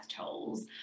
tolls